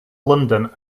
london